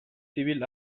zibil